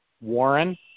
Warren